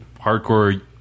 hardcore